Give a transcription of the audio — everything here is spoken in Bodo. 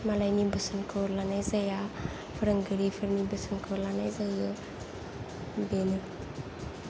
मालायनि बोसोनखौ लानाय जाया फोरोंगिरिफोरनि बोसोनखौ लानाय जायो बेनो